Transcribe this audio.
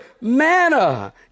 manna